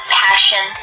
passion